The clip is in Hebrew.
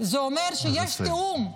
זה אומר שיש תיאום.